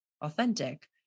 authentic